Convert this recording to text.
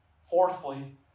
Fourthly